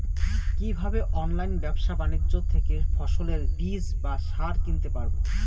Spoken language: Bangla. কীভাবে অনলাইন ব্যাবসা বাণিজ্য থেকে ফসলের বীজ বা সার কিনতে পারবো?